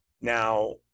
now